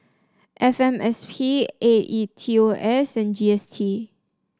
F M S P A E T O S and G S T